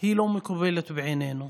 היא לא מקובלת עלינו,